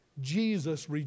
Jesus